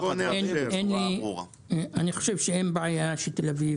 אני חושב שאין בעיה שתל אביב